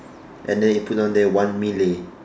and then it put down there one mini